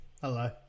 hello